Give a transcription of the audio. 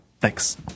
Thanks